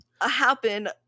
happen